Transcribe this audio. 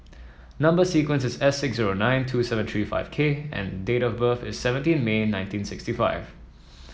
number sequence is S six zero nine two seven three five K and date of birth is seventeen May nineteen sixty five